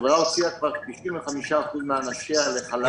החברה הוציאה כבר 95% מאנשיה לחל"ת.